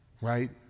right